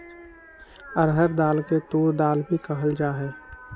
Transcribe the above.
अरहर दाल के तूर दाल भी कहल जाहई